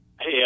Hey